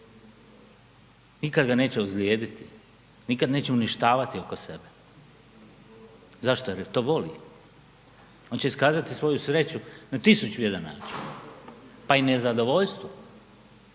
nikad ga neće ozlijediti, nikad neće uništavati oko sebe, zašto? Jer to voli. On će iskazati svoju sreću na 1001 način, pa i nezadovoljstvo,